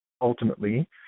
ultimately